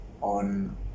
on